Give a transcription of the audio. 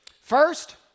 First